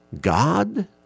God